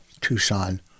Tucson